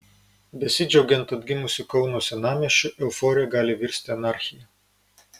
besidžiaugiant atgimusiu kauno senamiesčiu euforija gali virsti anarchija